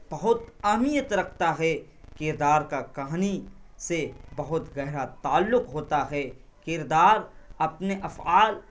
بہت اہمیت رکھتا ہے کردار کا کہانی سے بہت گہرا تعلق ہوتا ہے کردار اپنے افعال